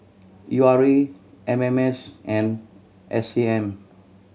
U R A M M S and S A M